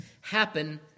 happen